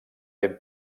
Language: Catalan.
ben